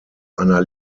einer